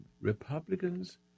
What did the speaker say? Republicans